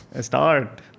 Start